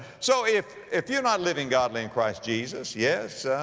so, if, if you're not living godly in christ jesus, yes, ah,